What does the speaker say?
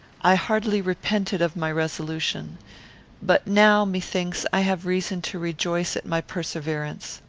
i heartily repented of my resolution but now, methinks, i have reason to rejoice at my perseverance.